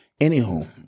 Anywho